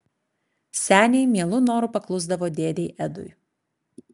seniai mielu noru paklusdavo dėdei edui